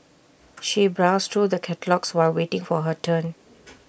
she browsed through the catalogues while waiting for her turn